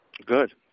Good